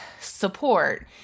support